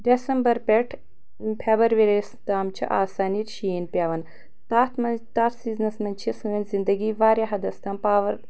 December پٮ۪ٹھ February یس تام چھِ آسان ییٚتہِ شیٖن پٮ۪وان تتھ منٛز تتھ سیٖزنس منٛز چھِ سٲنۍ زندگی واریاہ حدس تام پاور